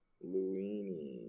Luini